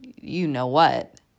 you-know-what